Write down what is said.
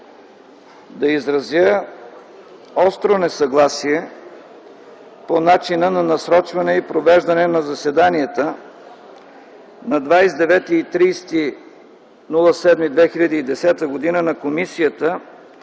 да изразя остро несъгласие по начина на насрочване и провеждане на заседанията на 29 и 30 юли 2010 г. на Комисията